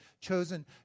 chosen